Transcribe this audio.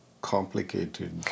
complicated